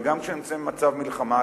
וגם כשנמצאים במצב מלחמה,